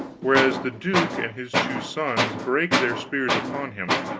whereas the duke and his two sons brake their spears upon him,